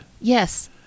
Yes